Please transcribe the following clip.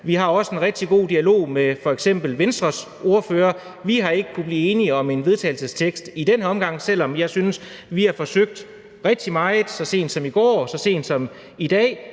Vi har også en rigtig god dialog med f.eks. Venstres ordfører. Vi har ikke kunnet blive enige om et forslag til vedtagelse i den her omgang, selv om jeg synes, vi har forsøgt rigtig meget så sent som i går og så sent som i dag.